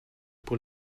pour